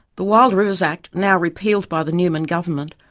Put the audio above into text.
the wild rivers act, now repealed by the newman government,